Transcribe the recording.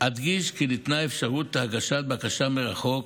אדגיש כי ניתנה אפשרות להגשת בקשה מרחוק